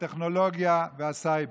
הטכנולוגיה והסייבר.